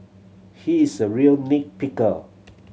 he is a real nit picker